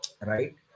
right